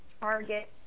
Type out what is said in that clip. target